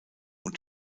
und